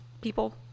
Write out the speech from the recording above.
people